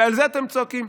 ועל זה אתם צועקים.